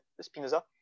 Spinoza